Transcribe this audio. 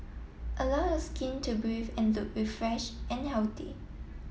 allow your skin to breathe and look refresh and healthy